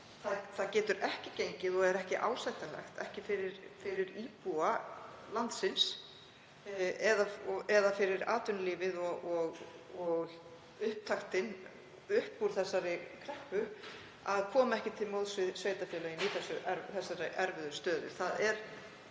það getur ekki gengið og er ekki ásættanlegt, ekki fyrir íbúa landsins eða atvinnulífið og upptaktinn upp úr þessari kreppu, að koma ekki til móts við sveitarfélögin í þessari erfiðu stöðu.